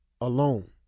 alone